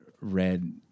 Read